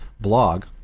blog